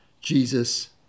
Jesus